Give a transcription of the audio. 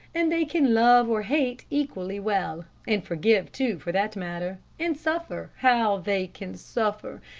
and they can love or hate equally well and forgive, too, for that matter and suffer how they can suffer,